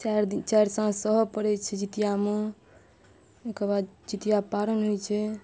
चारि दिन चारि साँझ सह पड़ै छै जितियामे ओहिकेबाद जितिया पारण होइ छै